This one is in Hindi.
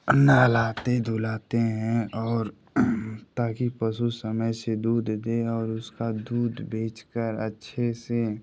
नहलाते धुलाते हैं और ताकि पसु समय से दूध दे और उसका दूध बेचकर अच्छे से